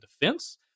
defense